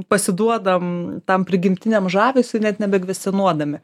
pasiduodam tam prigimtiniam žavesiui net nebekvestionuodami